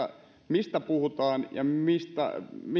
mistä puhutaan ja